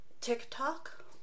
TikTok